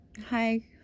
Hi